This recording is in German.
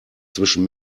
zwischen